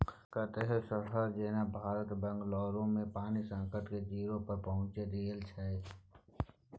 कतेको शहर जेना भारतक बंगलौरमे पानिक संकट डे जीरो पर पहुँचि गेल छै